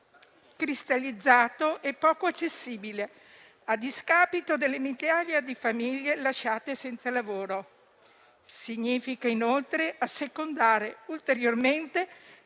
cristallizzato e poco accessibile, a discapito delle migliaia di famiglie lasciate senza lavoro. Significa, inoltre, assecondare ulteriormente